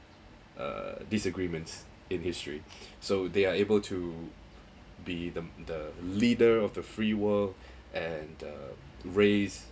err disagreements in history so they are able to be the the leader of the free world and uh raise